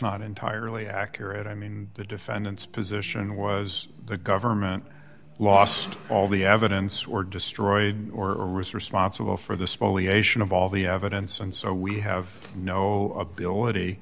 not entirely accurate i mean the defendant's position was the government lost all the evidence or destroyed or responsible for the spoliation of all the evidence and so we have no ability